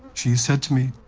she said to me,